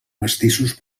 mestissos